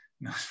No